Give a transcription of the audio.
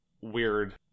weird